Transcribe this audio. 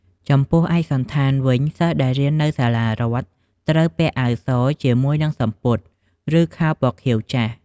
ចំំពោះឯកសណ្ឋានវិញ សិស្សដែលរៀននៅសាលារដ្ឋ ត្រូវពាក់អាវស ជាមួយនឹងសំពត់ ឬខោពណ៌ខៀវចាស់។